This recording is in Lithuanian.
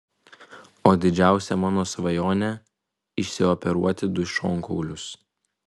o didžiausia mano svajonė išsioperuoti du šonkaulius